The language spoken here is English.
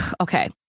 Okay